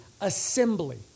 assembly